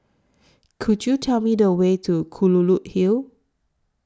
Could YOU Tell Me The Way to Kelulut Hill